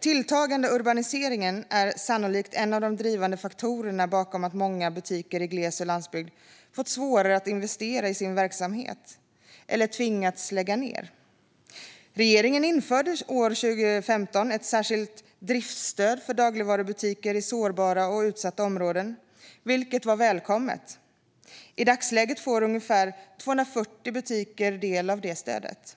tilltagande urbaniseringen är sannolikt en av de drivande faktorerna bakom att många butiker i gles och landsbygd har fått svårare att investera i sin verksamhet eller tvingats lägga ned. Regeringen införde år 2015 ett särskilt driftsstöd för dagligvarubutiker i sårbara och utsatta områden, vilket var välkommet. I dagsläget får ungefär 240 butiker del av stödet.